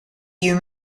you